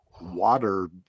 water